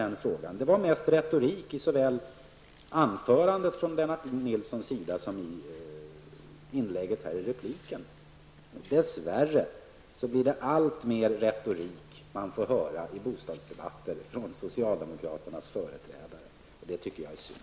Det var mest retorik såväl i Lennart Nilssons anförande som i hans inlägg i repliken. Dess värre får man i bostadsdebatter höra alltmer retorik från socialdemokraternas företrädare, och det tycker jag är synd.